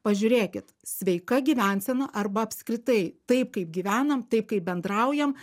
pažiūrėkit sveika gyvensena arba apskritai taip kaip gyvenam taip kaip bendraujam